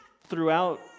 throughout